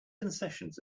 concessions